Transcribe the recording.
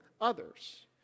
others